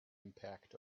impact